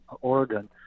Oregon